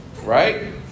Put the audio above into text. Right